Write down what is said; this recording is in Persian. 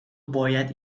باید